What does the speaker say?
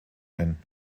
ein